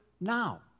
now